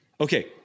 okay